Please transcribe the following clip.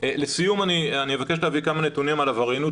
לסיום אני אבקש להביא כמה נתונים על עבריינות